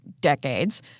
decades